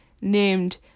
named